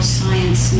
science